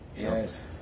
Yes